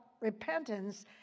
repentance